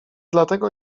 dlatego